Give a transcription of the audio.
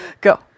go